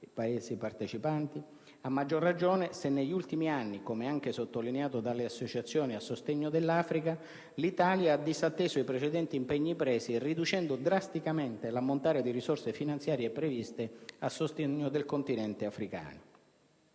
Paesi partecipanti? A maggior ragione, se si considera che negli ultimi anni, come anche sottolineato dalle associazioni a sostegno dell'Africa, l'Italia ha disatteso i precedenti impegni presi, riducendo drasticamente l'ammontare di risorse finanziarie previste a sostegno del continente africano.